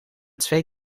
twee